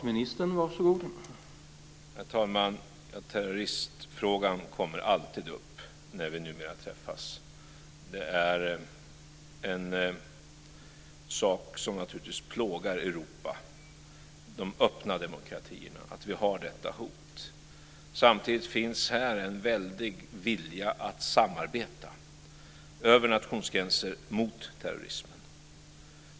Herr talman! Terrorismfrågan kommer alltid upp när vi numera träffas. Det är en sak som naturligtvis plågar Europa - de öppna demokratierna - att vi har detta hot. Samtidigt finns här en väldig vilja att samarbeta över nationsgränser mot terrorismen.